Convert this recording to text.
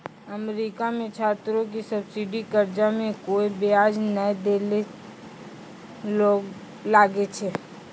America मे छात्रो के सब्सिडी कर्जा मे कोय बियाज नै दै ले लागै छै